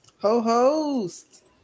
Ho-host